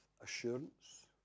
assurance